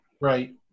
Right